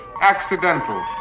accidental